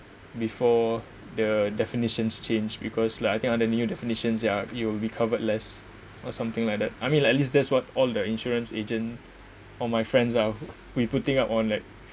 before the definitions change because like I think other new definitions there you will be covered less or something like that I mean like at least that's what all the insurance agent or my friends are we putting up on like